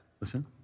listen